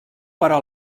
però